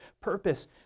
purpose